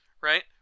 right